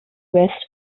west